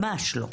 ממש לא.